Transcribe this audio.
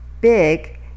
big